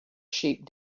sheep